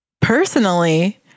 personally